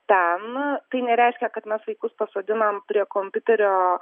ten tai nereiškia kad mes vaikus pasodinam prie kompiuterio